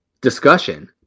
discussion